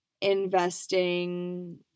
investing